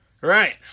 right